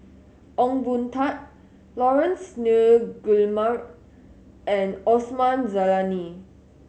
Ong Boon Tat Laurence Nunns Guillemard and Osman Zailani